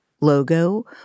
logo